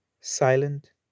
Silent